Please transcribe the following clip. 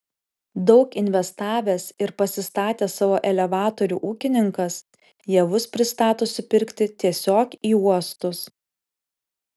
daug investavęs ir pasistatęs savo elevatorių ūkininkas javus pristato supirkti tiesiog į uostus